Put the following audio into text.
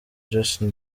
justin